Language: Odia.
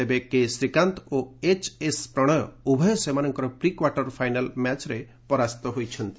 ତେବେ କେ ଶ୍ରୀକାନ୍ତ ଓ ଏଚଏସ ପ୍ରଣୟ ଉଭୟ ସେମାନଙ୍କର ପ୍ରିକ୍ୱାର୍ଟର ଫାଇନାଲ ମ୍ୟାଚରେ ପରାସ୍ତ ହୋଇଛନ୍ତି